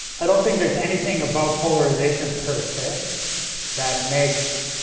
i don't think there's anything about polarization per se that makes